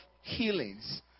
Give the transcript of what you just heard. healings